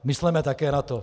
Mysleme také na to.